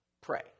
pray